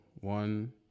One